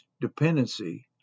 dependency